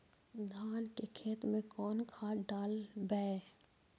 धान के खेत में कौन खाद डालबै?